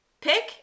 Pick